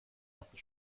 ersten